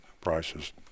prices